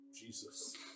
Jesus